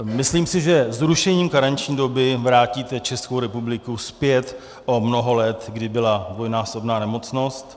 Myslím si, že zrušením karenční doby vrátíte Českou republiku zpět o mnoho let, kdy byla dvojnásobná nemocnost.